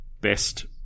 best